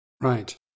Right